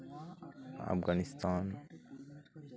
Afghanistan